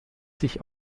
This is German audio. sich